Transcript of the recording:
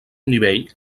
nivell